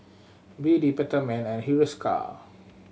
B D Peptamen and Hiruscar